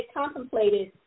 contemplated